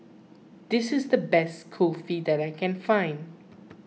this is the best Kulfi that I can find